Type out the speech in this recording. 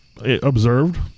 Observed